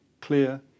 clear